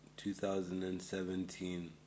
2017